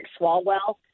Swalwell